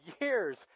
years